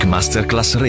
Masterclass